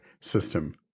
system